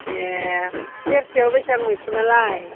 ए सेरसेयाव बेसेबां मैखुनालाय